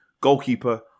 goalkeeper